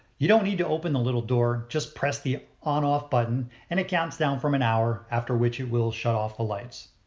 you don't need to open the little door. just press the on off button and it counts down from an hour after which it will shut off the lights.